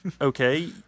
okay